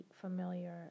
familiar